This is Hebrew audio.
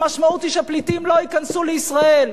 המשמעות היא שפליטים לא ייכנסו לישראל.